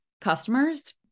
customers